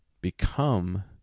become